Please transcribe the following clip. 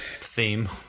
Theme